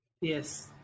Yes